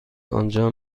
آنجا